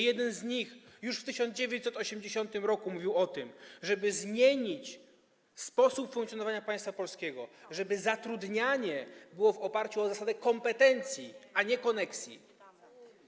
Jeden z nich, już w 1980 r., mówił o tym, żeby zmienić sposób funkcjonowania państwa polskiego, żeby zatrudnianie następowało w oparciu o zasadę kompetencji, a nie koneksji.